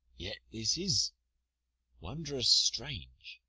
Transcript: yet this is wondrous strange.